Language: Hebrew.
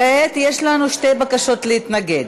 כעת יש לנו שתי בקשות להתנגד.